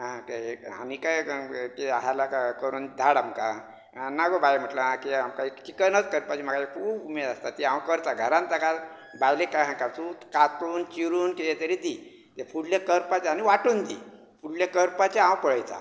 आनीकय कितें आहा जाल्यार करून धाड आमकां ना गो बाय म्हणले कित्याक आमकां चिकनच म्हाका करपाची खूब उमेद आसता ती हांव करतां घरांत बायलेक कांय नाका चून कातून चिरून कितें तरी दी ते फुडलें करपाचें आनी वांटून दी फुडलें करपाचें हांव पळयतां